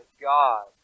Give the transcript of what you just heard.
God